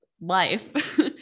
life